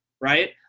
Right